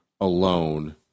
alone